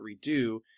Redo